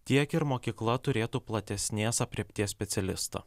tiek ir mokykla turėtų platesnės aprėpties specialistų